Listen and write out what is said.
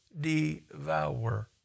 devour